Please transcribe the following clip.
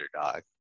underdog